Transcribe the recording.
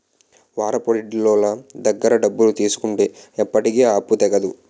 వారాపొడ్డీలోళ్ళ దగ్గర డబ్బులు తీసుకుంటే ఎప్పటికీ ఆ అప్పు తెగదు